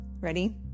Ready